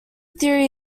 theory